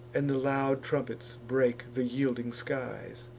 and the loud trumpets break the yielding skies.